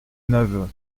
neuve